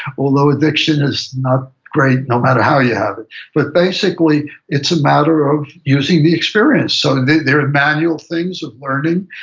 although addiction is not great no matter how you have it but basically it's a matter of using the experience. so there there are manual things of learning.